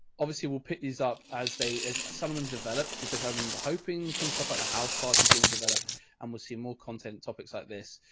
obviously we'll pick these up as they, as some of them develop, because i'm hoping some stuff like the houseparty is going to develop and we'll see more content topics like this.